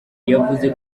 yavuze